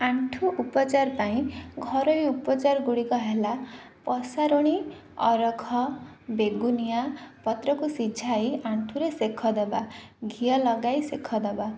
ଆଣ୍ଠୁ ଉପଚାର ପାଇଁ ଘରୋଇ ଉପଚାର ଗୁଡ଼ିକ ହେଲା ପସାରୁଣି ଅରଖ ବେଗୁନିଆ ପତ୍ରକୁ ସିଝାଇ ଆଣ୍ଠୁରେ ସେକ ଦେବା ଘିଅ ଲଗାଇ ସେକ ଦେବା